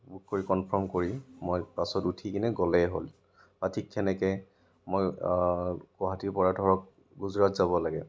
book কৰি confirm কৰি মই বাছত উঠি কিনে গ'লেই হ'ল বা ঠিক সেনেকৈ মই গুৱাহাটীৰপৰা ধৰক গুজৰাট যাব লাগে